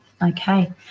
Okay